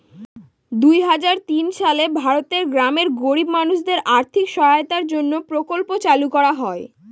দুই হাজার তিন সালে ভারতের গ্রামের গরিব মানুষদের আর্থিক সহায়তার জন্য প্রকল্প চালু করা হয়